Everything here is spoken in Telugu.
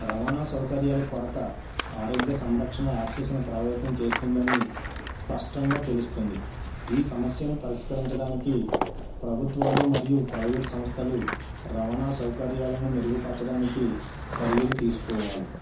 రవాణా సౌకర్యాల కొరత ఆరోగ్య సంరక్షణ యాక్సెస్ ని ప్రభావితం చేస్తుందని స్పష్టంగా తెలుస్తుంది ఈ సమస్యను పరిష్కరించడానికి ప్రభుత్వాలు మరియు ప్రైవేట్ సంస్థల రవాణా సౌకర్యాలను మెరుగు పరచడానికి చర్యలు తీసుకోవాలి